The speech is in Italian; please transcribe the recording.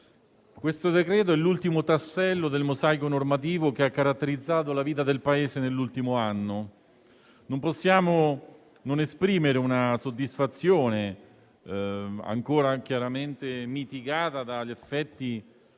Questo decreto è l'ultimo tassello del mosaico normativo che ha caratterizzato la vita del Paese nell'ultimo anno. Non possiamo non esprimere una soddisfazione, chiaramente mitigata dagli effetti